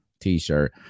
t-shirt